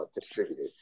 distributed